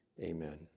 amen